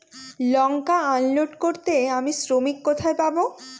লঙ্কা unload করতে আমি শ্রমিক কোথায় পাবো?